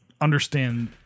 understand